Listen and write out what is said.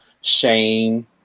shame